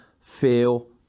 feel